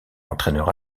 entraîneur